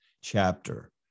chapter